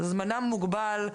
זמנם מוגבל.